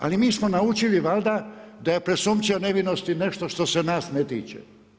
Ali mi smo naučili valjda da je presumpcija nevinosti nešto što ste nas ne tiče.